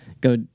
go